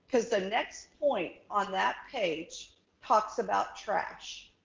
because the next point on that page talks about trash.